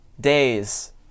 days